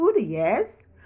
yes